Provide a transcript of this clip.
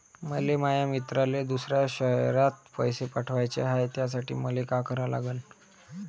मले माया मित्राले दुसऱ्या शयरात पैसे पाठवाचे हाय, त्यासाठी मले का करा लागन?